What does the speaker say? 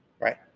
right